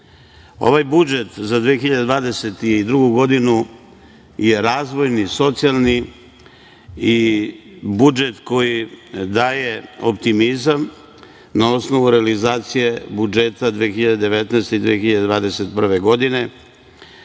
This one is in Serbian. budžet za 2022. godinu je razvojni, socijalni i budžet koji daje optimizam na osnovu realizacije budžeta 2019. i 2021. godine,